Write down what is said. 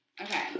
Okay